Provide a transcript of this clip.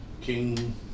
King